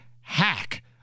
hack